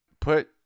Put